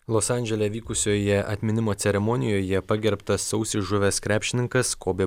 los andžele vykusioje atminimo ceremonijoje pagerbtas sausį žuvęs krepšininkas kobė